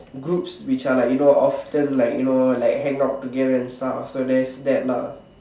in groups which are like you often like you know hang out together and stuff so there's that